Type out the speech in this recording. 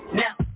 now